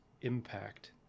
impact